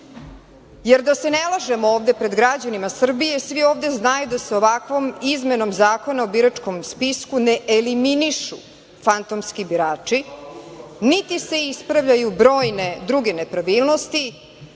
golo. Da se ne lažemo ovde pred građanima Srbije, svi ovde znaju da se ovakvom izmenom Zakona o biračkom spisku ne eliminišu fantomski birači, niti se ispravljaju brojne druge nepravilnosti,